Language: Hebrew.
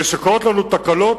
וכשקורות לנו תקלות,